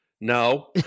no